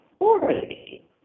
already